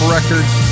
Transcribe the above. records